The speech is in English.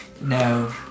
No